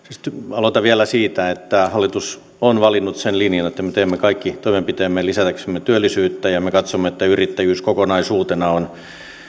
aloitan vielä siitä että hallitus on valinnut sen linjan että me teemme kaikki toimenpiteemme lisätäksemme työllisyyttä ja me katsomme että yrittäjyys kokonaisuutena on